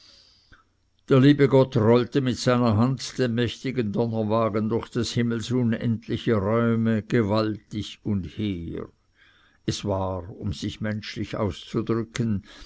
der liebe gott rollte mit seiner hand den mächtigen donnerwagen durch des himmels unendliche räume gewaltig und hehr es war um sich menschlich auszudrücken